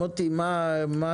מוטי מה הסיפור?